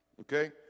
okay